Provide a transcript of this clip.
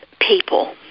people